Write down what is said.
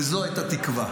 וזה את התקווה,